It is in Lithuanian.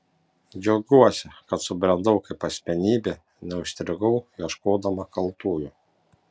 džiaugiuosi kad subrendau kaip asmenybė neužstrigau ieškodama kaltųjų